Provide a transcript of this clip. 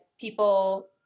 people